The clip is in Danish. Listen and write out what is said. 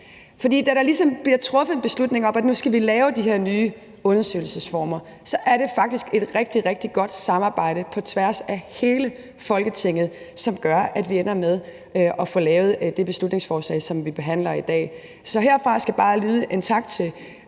da der ligesom bliver truffet en beslutning om, at nu skal vi lave de her nye undersøgelsesformer, er det faktisk et rigtig, rigtig godt samarbejde på tværs af hele Folketinget, som gør, at vi ender med at få lavet det beslutningsforslag, som vi behandler i dag. Så herfra skal bare lyde en tak til